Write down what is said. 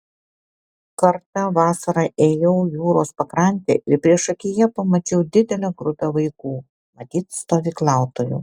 kartą vasarą ėjau jūros pakrante ir priešakyje pamačiau didelę grupę vaikų matyt stovyklautojų